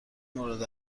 مورد